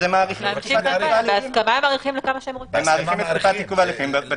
אז הם מאריכים את תקופת עיכוב ההליכים בהסכמה.